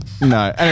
No